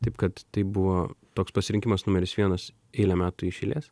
taip kad tai buvo toks pasirinkimas numeris vienas eilę metų iš eilės